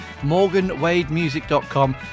MorganWadeMusic.com